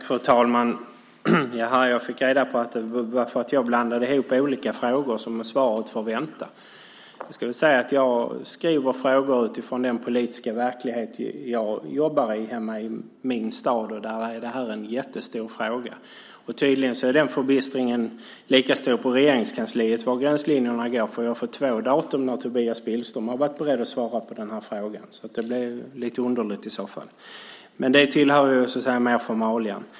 Fru talman! Jag fick reda på att det var för att jag blandade ihop olika frågor som svaret fick vänta. Jag skriver frågor utifrån den politiska verklighet som jag jobbar i hemma i min stad, och där är det här en jättestor fråga. Förbistringen om var gränslinjerna går är tydligen lika stor på Regeringskansliet, för jag har fått två datum när Tobias Billström har varit beredd att svara på den här frågan. Det blir lite underligt. Men det tillhör mer formalia.